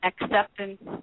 acceptance